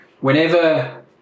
whenever